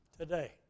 Today